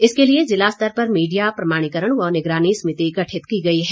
इसके लिए ज़िला स्तर पर मीडिया प्रमाणीकरण व निगरानी समिति गठित की गई है